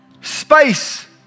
space